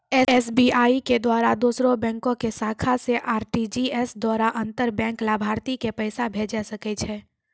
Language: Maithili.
एस.बी.आई के द्वारा दोसरो बैंको के शाखा से आर.टी.जी.एस द्वारा अंतर बैंक लाभार्थी के पैसा भेजै सकै छै